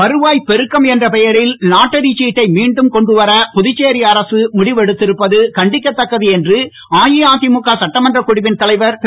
வருவாய்ப் பெருக்கம் என்ற பெயரில் லாட்டரி சீட்டை மீண்டும் கொண்டுவர புதுச்சேரி அரசு முடிவெடுத்திருப்பது கண்டிக்கத்தக்கது என்று அஇஅதிமுக சட்டமன்றக் குழுவின் தலைவர் திரு